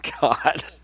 God